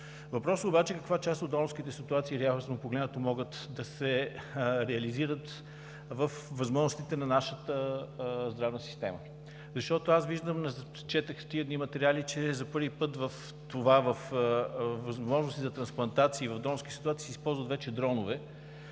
Въпросът е обаче каква част от донорските ситуации реално погледнато могат да се реализират във възможностите на нашата здравна система? Защото тези дни аз четох материали, че за първи път във възможностите за трансплантации, в донорски ситуации се използват вече дронове.